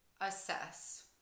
assess